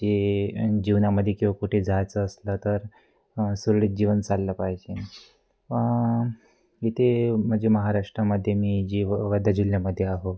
जे जीवनामध्ये किंवा कुठे जायचं असलं तर सुरळीत जीवन चाललं पाहिजे इथे म्हणजे महाराष्ट्रामध्ये मी जि व वर्धा जिल्ह्यामध्ये आहे